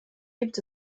gibt